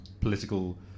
political